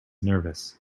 nervous